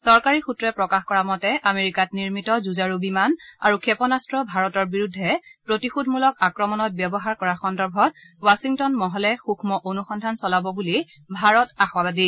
চৰকাৰী সূত্ৰই প্ৰকাশ কৰা মতে আমেৰিকাত নিৰ্মিত যুঁজাৰু বিমান আৰু ক্ষেপণাস্ত্ৰ ভাৰতৰ বিৰুদ্ধে প্ৰতিশোধমূলক আক্ৰমণত ব্যৱহাৰ কৰাৰ সন্দৰ্ভত ৱাশ্বিংটন মহলে সৃক্ষ অনুসন্ধান চলাব বুলি ভাৰত আশাবাদী